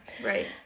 Right